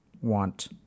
want